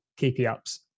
keepy-ups